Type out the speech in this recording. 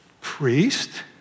Priest